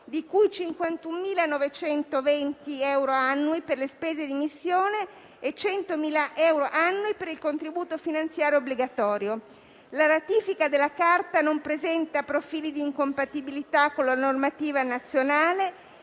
di cui 51.920 euro annui per le spese di missione e 100.000 euro annui per il contributo finanziario obbligatorio. La ratifica della Carta non presenta profili di incompatibilità con la normativa nazionale,